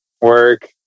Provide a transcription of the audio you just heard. work